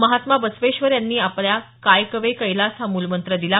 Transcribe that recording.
महात्मा बसवेश्वर यांनी आपल्याला कायकवे कैलास हा मूलमंत्र दिला